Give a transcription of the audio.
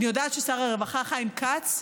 אני יודעת ששר הרווחה חיים כץ,